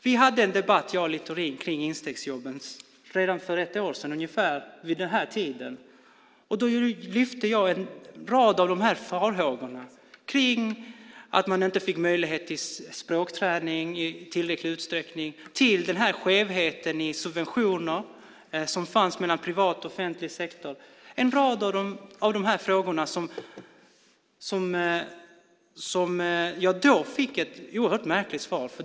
Jag och Littorin hade en debatt om instegsjobben redan för ett år sedan, ungefär vid den här tiden. Då lyfte jag fram en rad av de här farhågorna, från att man inte fick möjlighet till språkträning i tillräcklig utsträckning till skevheten i subventioner som fanns mellan privat och offentlig sektor. På en rad av de här frågorna fick jag då ett oerhört märkligt svar.